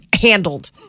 Handled